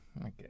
Okay